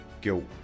guilt